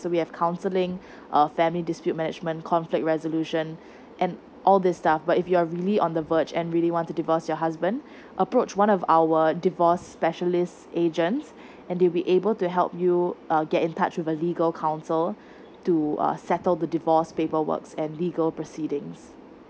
so we have counselling uh family dispute management conflict resolution and all this stuff but if you're really on the verge and really want to divorce your husband approach one of our divorce specialist agents and they will be able to help you uh get in touch with a legal counsel to settle the divorce paper works and legal proceedings